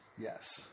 Yes